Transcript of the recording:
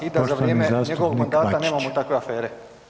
i da za vrijeme njegovog mandata nemamo takve afere.